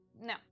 No